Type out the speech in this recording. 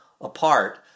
apart